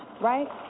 right